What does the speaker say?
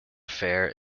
affair